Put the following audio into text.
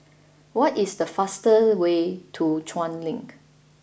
what is the fastest way to Chuan Link